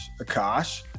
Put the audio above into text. Akash